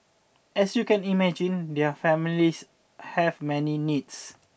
as you can imagine their families have many needs